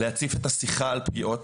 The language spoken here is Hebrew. להציף את השיחה על פגיעות,